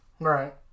Right